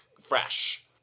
fresh